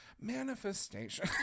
manifestation